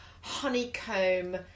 honeycomb